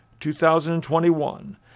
2021